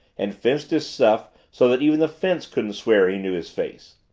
and fenced his stuff so that even the fence couldn't swear he knew his face.